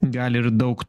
gali ir daug